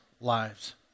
lives